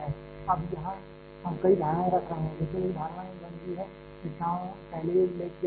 अब यहां हम कई धारणाएं रख रहे हैं बेशक एक धारणा 1D है जिसका पहले ही उल्लेख किया जा चुका है